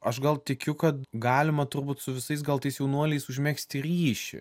aš gal tikiu kad galima turbūt su visais gal tais jaunuoliais užmegzti ryšį